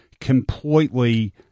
completely